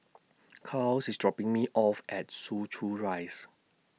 Charls IS dropping Me off At Soo Chow Rise